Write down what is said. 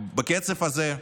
בקצב הזה,